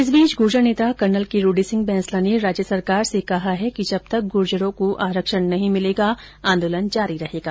इस बीच गुर्जर नेता कर्नल किरोड़ी सिंह बैंसला ने राज्य सरकार से कहा है कि जब तक गुर्जरों को आरक्षण नहीं मिलेगा आंदोलन जारी रहेगा